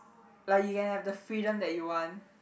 like you can have the freedom that you want